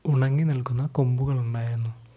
ഉണങ്ങി നിൽക്കുന്ന കൊമ്പുകളുണ്ടായിരുന്നു